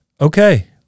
okay